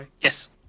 Yes